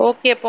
Okay